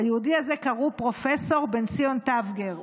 ליהודי הזה קראו פרופ' בן ציון טבגר.